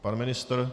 Pan ministr?